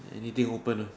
anything open uh